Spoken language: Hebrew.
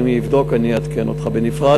אני אבדוק, אני אעדכן אותך בנפרד.